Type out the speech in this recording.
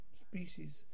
species